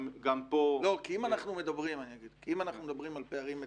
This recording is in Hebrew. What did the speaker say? אם אנחנו מדברים על פערים מטורפים,